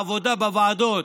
העבודה בוועדות,